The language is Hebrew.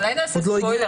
אולי נעשה ספוילר.